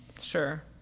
Sure